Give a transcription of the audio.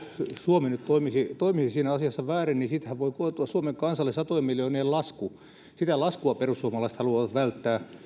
suomi nyt toimisi siinä asiassa väärin niin siitähän voi koitua suomen kansalle satojen miljoonien lasku sitä laskua perussuomalaiset haluavat välttää